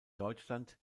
deutschland